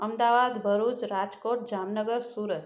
Ahmedabad Bharuch Rajkot Jamnagar Surat